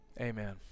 Amen